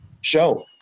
show